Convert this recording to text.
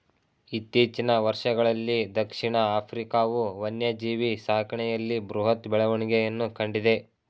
ಇತ್ತೀಚಿನ ವರ್ಷಗಳಲ್ಲೀ ದಕ್ಷಿಣ ಆಫ್ರಿಕಾವು ವನ್ಯಜೀವಿ ಸಾಕಣೆಯಲ್ಲಿ ಬೃಹತ್ ಬೆಳವಣಿಗೆಯನ್ನು ಕಂಡಿದೆ